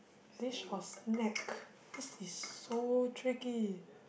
dish or snack this is so tricky